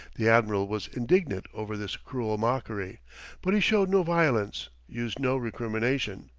the admiral was indignant over this cruel mockery but he showed no violence, used no recrimination.